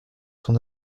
son